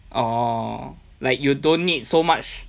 orh like you don't need so much